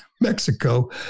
Mexico